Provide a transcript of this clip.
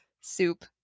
soup